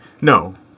No